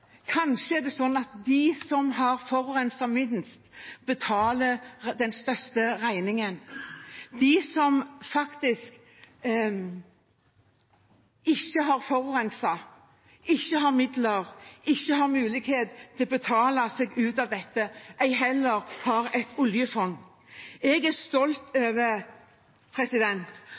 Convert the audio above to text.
Kanskje er det slik at de som har forurenset minst, betaler den største regningen – de som ikke har forurenset, ikke har midler og ikke har mulighet til å betale seg ut av dette, ei heller har et oljefond. Jeg er stolt